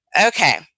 Okay